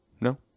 No